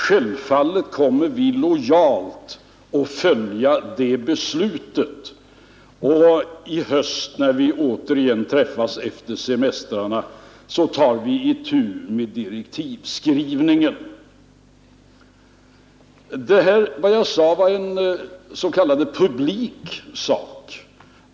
Självfallet kommer vi lojalt att följa det beslutet, och i höst när vi återigen träffas efter semestrarna tar vi itu med direktivskrivningen. Detta mitt uttalande var en s.k. publiksak.